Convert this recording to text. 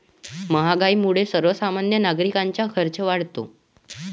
महागाईमुळे सर्वसामान्य नागरिकांचा खर्च वाढतो